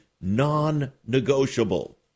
non-negotiable